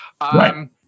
Right